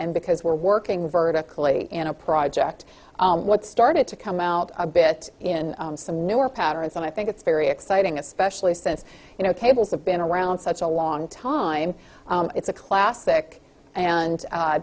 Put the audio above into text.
and because we're working vertically in a project what started to come out a bit in some newer patterns and i think it's very exciting especially since you know cables have been around such a long time it's a classic and